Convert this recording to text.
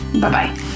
Bye-bye